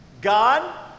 God